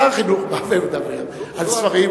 שר החינוך מדבר על ספרים,